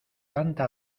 tanta